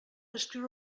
escriure